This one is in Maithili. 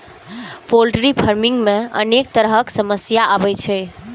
पोल्ट्री फार्मिंग मे अनेक तरहक समस्या आबै छै